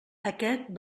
aquest